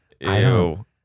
Ew